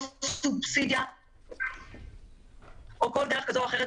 למשל סובסידיה או כל דרך אחרת.